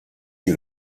you